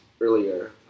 earlier